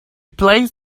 placed